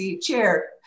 chair